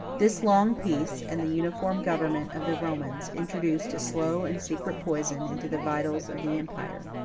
this long peace, and the uniform government of the romans, introduced a slow and secret poison into the vitals of the empire.